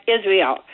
Israel